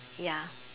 ya